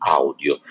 audio